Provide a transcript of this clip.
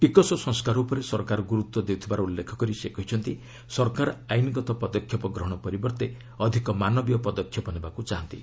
ଚିକସ ସଂସ୍କାର ଉପରେ ସରକାର ଗୁରୁତ୍ୱ ଦେଉଥିବାର ଉଲ୍ଲେଖ କରି ସେ କହିଛନ୍ତି ସରକାର ଆଇନ୍ଗତ ପଦକ୍ଷେପ ଗ୍ରହଣ ପରିବର୍ତ୍ତେ ଅଧିକ ମାନବିୟ ପଦକ୍ଷେପ ନେବାକୁ ଚାହାନ୍ତି